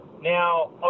Now